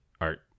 art